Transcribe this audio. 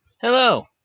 Hello